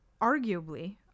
arguably